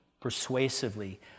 persuasively